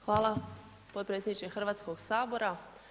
Hvala potpredsjedniče Hrvatskog sabora.